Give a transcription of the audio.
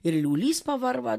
ir liūlys pavarva